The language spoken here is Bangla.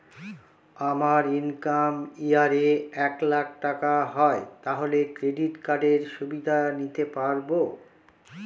আমার ইনকাম ইয়ার এ এক লাক টাকা হয় তাহলে ক্রেডিট কার্ড এর সুবিধা নিতে পারবো?